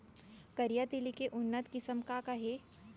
करिया तिलि के उन्नत किसिम का का हे?